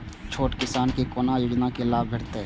छोट किसान के कोना योजना के लाभ भेटते?